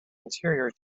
interior